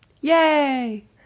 Yay